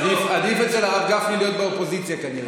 עדיף אצל הרב גפני להיות באופוזיציה, כנראה.